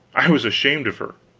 i was ashamed of her,